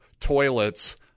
toilets